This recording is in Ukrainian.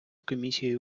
комісією